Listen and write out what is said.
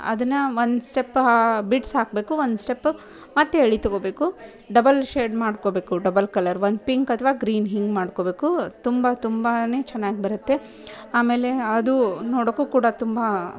ಅದನ್ನು ಒಂದು ಸ್ಟೆಪ್ಪಾ ಬಿಡ್ಸ್ ಹಾಕಬೇಕು ಒಂದು ಸ್ಟೆಪ್ಪು ಮತ್ತೆ ಎಳೆ ತೊಗೋಬೇಕು ಡಬಲ್ ಶೇಡ್ ಮಾಡ್ಕೋಬೇಕು ಡಬಲ್ ಕಲರ್ ಒಂದು ಪಿಂಕ್ ಅಥವಾ ಗ್ರೀನ್ ಹಿಂಗೆ ಮಾಡ್ಕೋಬೇಕು ತುಂಬ ತುಂಬಾ ಚೆನ್ನಾಗಿ ಬರುತ್ತೆ ಆಮೇಲೆ ಅದು ನೋಡೋಕ್ಕೂ ಕೂಡ ತುಂಬ